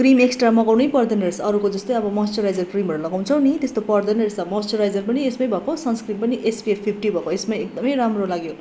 cream extra मगाउन पर्दैन रहेछ अरूको जस्तै अब मोस्चराइजर क्रिमहरू लगाउँछौँ नि त्यस्तो पर्दैन रहेछ मोस्चराइजर पनि यसैमा भएको सन्स क्रिम पनि एसपिएफ फिप्टी भएको यसमा एकदमै राम्रो लाग्यो